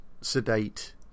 sedate